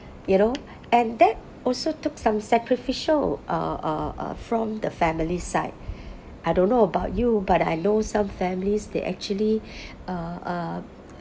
you know and that also took some sacrifices uh uh uh from the family's side I don't know about you but I know some families they actually uh uh